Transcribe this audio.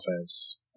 offense